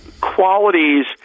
qualities